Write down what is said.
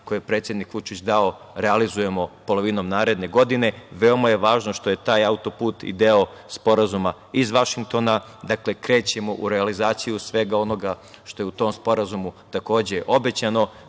koje je predsednik Vučić dao realizujemo polovinom naredne godine. Veoma je važno što je taj auto-put i deo Sporazuma iz Vašingtona, dakle, krećemo u realizaciju svega onoga što je u tom sporazumu takođe obećano. Mi